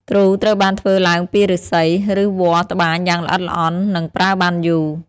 ទ្រូ ត្រូវបានធ្វើឡើងពីឫស្សី ឬវល្លិ៍ត្បាញយ៉ាងល្អិតល្អន់ និងប្រើបានយូរ។